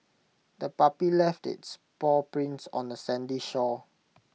the puppy left its paw prints on the sandy shore